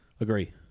Agree